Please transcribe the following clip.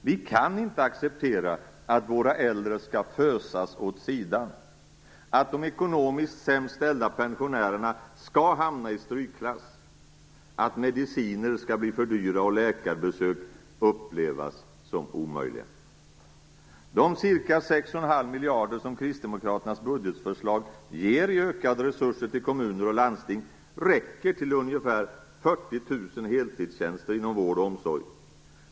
Vi kan inte acceptera att våra äldre skall fösas åt sidan, att de ekonomiskt sämst ställda pensionärerna skall hamna i strykklass, att mediciner skall bli för dyra och läkarbesök upplevas som omöjliga. De ca 6,5 miljarder som kristdemokraternas budgetförslag ger i ökade resurser till kommuner och landsting räcker till ungefär 40 000 heltidstjänster inom vård och omsorg.